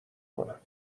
کنم